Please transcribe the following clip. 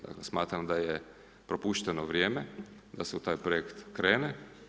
Dakle, smatram da je propušteno vrijeme da se u taj projekt krene.